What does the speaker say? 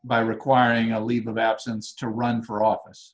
by requiring a leave of absence to run for office